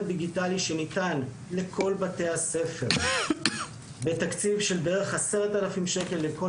דיגיטלי שניתן לכל בתי הספר בתקציב של בערך 10,000 שקל לכל